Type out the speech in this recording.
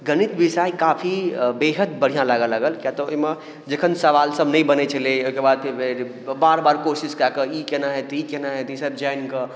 गणित विय काफी बेहद बढ़िआँ लागऽ लागल किआ तऽ ओहिमे जखन सवाल सब नहि बनैत छलै ओहि कऽ बाद फेर बार बार कोशिश कए कऽ ई केना हेतै ई केना होयतै ई सब जानि कऽ